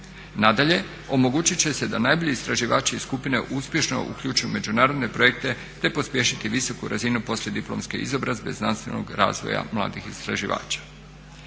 Nadalje, omogućit će se da najbolji istraživači iz skupine uspješno uključuju u međunarodne projekte, te pospješiti visoku razinu poslije diplomske izobrazbe, znanstvenog razvoja mladih istraživača.